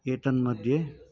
एतन्मध्ये